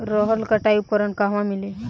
रहर कटाई उपकरण कहवा मिली?